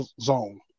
zone